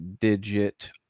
digit